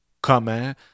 comment